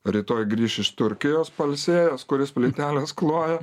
rytoj grįš iš turkijos pailsėjęs kuris plyteles kloja